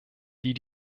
die